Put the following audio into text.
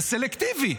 זה סלקטיבי.